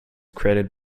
created